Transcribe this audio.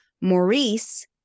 Maurice